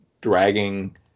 dragging